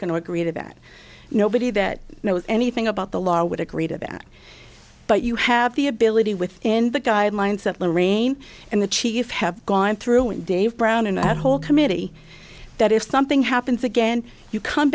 going to agree to that nobody that knows anything about the law would agree to that but you have the ability within the guidelines that lorraine and the chief have gone through and dave brown and that whole committee that if something happens again you come